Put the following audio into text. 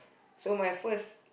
so my first